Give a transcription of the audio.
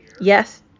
Yes